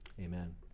Amen